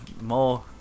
More